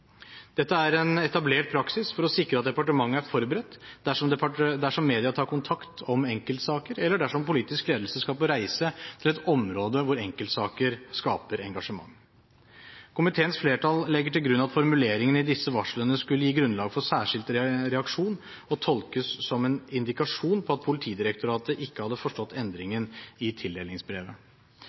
Dette er en etablert praksis for å sikre at departementet er forberedt dersom media tar kontakt om enkeltsaker, eller dersom politisk ledelse skal på reise til et område hvor enkeltsaker skaper engasjement. Komiteens flertall legger til grunn at formuleringen i disse varslene skulle gi grunnlag for særskilt reaksjon og tolkes som en indikasjon på at Politidirektoratet ikke hadde forstått endringen i tildelingsbrevet.